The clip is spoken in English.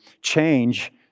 change